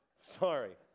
Sorry